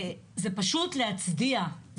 זה פשוט להצדיע.